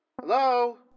Hello